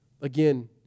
Again